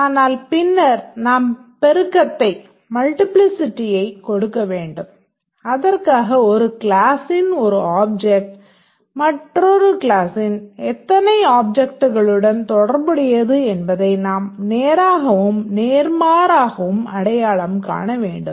ஆனால் பின்னர் நாம் பெருக்கத்தைக் கொடுக்க வேண்டும் அதற்காக ஒரு க்ளாஸ்ஸின் ஒரு ஆப்ஜெக்ட் மற்றொரு க்ளாஸின் எத்தனை ஆப்ஜெக்ட்களுடன் தொடர்புடையது என்பதை நாம் நேராகவும் நேர்மாறாகவும் அடையாளம் காண வேண்டும்